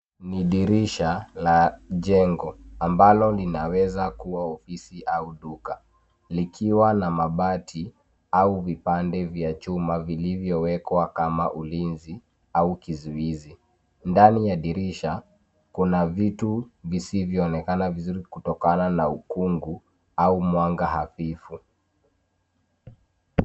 Ni dirisha la jengo, ambalo linaweza kua ofisi au duka, likiwa na mabati au vipande vya chuma vilivyowekwa kama ulinzi au kizuizi. Ndani ya dirisha kuna vitu visivyoonekana vizuri kutokana na ukungu au mwanga hafifu.